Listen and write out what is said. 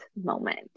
moment